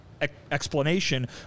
explanation